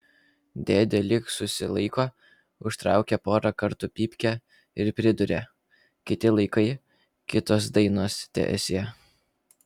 dėdė lyg susilaiko užtraukia porą kartų pypkę ir priduria kiti laikai kitos dainos teesie